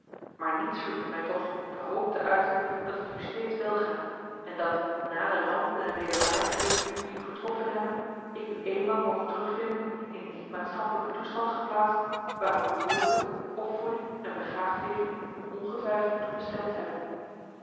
maar niets verbiedt mij toch de hoop te uiten dat het u steeds welga en dat na de rampen en wederwaardigheden die u getroffen hebben ik u eenmaal moge terugvinden in dien maatschappelijken toestand geplaatst waar uw geboorte opvoeding en begaafdheden u ongetwijfeld toe bestemd hebben